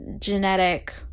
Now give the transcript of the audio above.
genetic